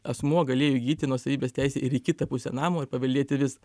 asmuo galėjo įgyti nuosavybės teisę ir į kitą pusę namo ir paveldėti visą